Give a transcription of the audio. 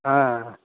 हाँ